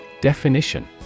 Definition